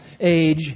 age